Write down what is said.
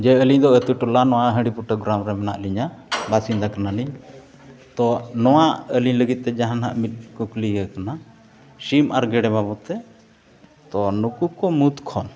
ᱡᱮ ᱟᱹᱞᱤᱧ ᱫᱚ ᱟᱹᱛᱩ ᱴᱚᱞᱟ ᱱᱚᱣᱟ ᱦᱟᱺᱰᱤᱯᱩᱴᱟᱹ ᱜᱨᱟᱢ ᱨᱮ ᱢᱮᱱᱟᱜ ᱞᱤᱧᱟ ᱵᱟᱥᱤᱱᱫᱟ ᱠᱟᱱᱟᱞᱤᱧ ᱛᱳ ᱱᱚᱣᱟ ᱟᱹᱞᱤᱧ ᱞᱟᱹᱜᱤᱫ ᱛᱮ ᱡᱟᱦᱟᱸ ᱱᱟᱦᱟᱜ ᱢᱤᱫ ᱠᱩᱠᱞᱤ ᱜᱮ ᱠᱟᱱᱟ ᱥᱤᱢ ᱟᱨ ᱜᱮᱰᱮ ᱵᱟᱵᱚᱫᱽ ᱛᱮ ᱛᱚ ᱱᱩᱠᱩ ᱠᱚ ᱢᱩᱫᱽ ᱠᱷᱚᱱ